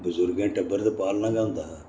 बजुर्गें टब्बर ते पालना गै होंदा हा